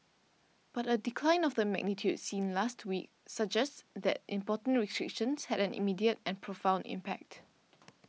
but a decline of the magnitude seen last week suggests that import restrictions had an immediate and profound impact